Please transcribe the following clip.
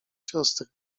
siostry